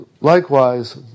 likewise